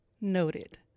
Noted